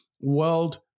world